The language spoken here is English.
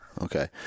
okay